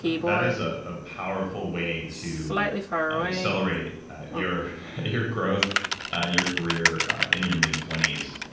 that is a ah powerful way to accelerate your your growth and your career in your mid twenty s.